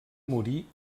morir